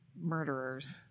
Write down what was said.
murderers